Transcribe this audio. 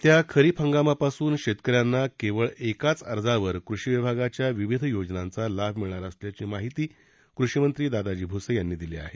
येत्या खरीप हंगामापासून शेतकऱ्यांना केवळ एकाच अर्जावर कृषी विभागाच्या विविध योजनांचा लाभ मिळणार असल्याची माहिती कृषीमंत्री दादाजी भुसे यांनी दिली आहे